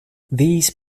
these